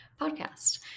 podcast